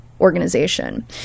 organization